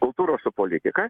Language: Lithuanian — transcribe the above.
kultūros su politika